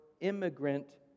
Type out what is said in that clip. immigrant